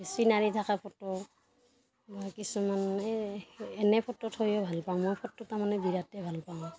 চিনাৰী থকা ফটো মই কিছুমান এই এনে ফটো থৈও ভাল পাওঁ মই ফটো তাৰমানে বিৰাটেই ভাল পাওঁ